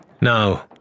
Now